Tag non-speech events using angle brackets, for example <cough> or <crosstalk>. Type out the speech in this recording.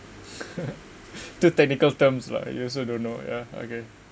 <laughs> the technical terms lah you also don't know ya okay